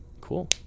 Cool